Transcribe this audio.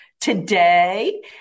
today